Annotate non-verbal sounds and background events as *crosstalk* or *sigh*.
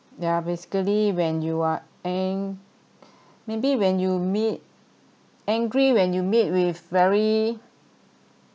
yeah basically when you are an~ maybe when you meet angry when you meet with very *noise*